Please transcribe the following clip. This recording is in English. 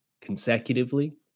consecutively